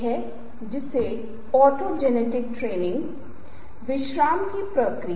बाथर्स के नाम से जाने जाने वाले जॉर्ज सेरेट पेंटिंग का एक उदाहरण इस से तुलना करते हैं